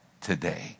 today